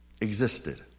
Existed